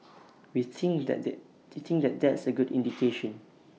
we think that that think that that's A good indication